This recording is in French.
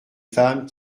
femmes